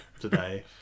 today